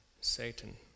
Satan